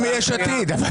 אבל היא לא מיש עתיד.